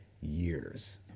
years